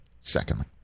secondly